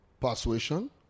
Persuasion